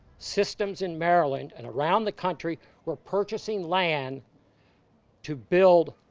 systems in maryland and around the country were purchasing land to build